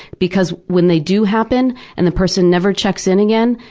because when they do happen, and the person never checks in again,